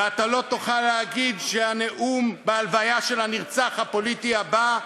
ואתה לא תוכל להגיד שהנאום בהלוויה של הנרצח הפוליטי הבא,